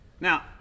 Now